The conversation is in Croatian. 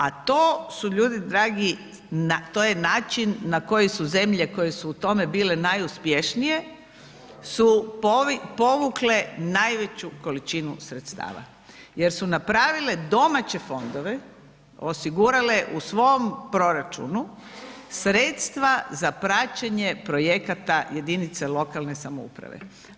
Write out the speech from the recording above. A to su ljudi dragi, to je način na koji su zemlje koje su u tome bile najuspješnije su povukle najveću količinu sredstava jer su napravile domaće fondove, osigurale u svom proračunu sredstva za praćenje projekata jedinice lokalne samouprave.